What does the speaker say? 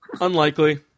Unlikely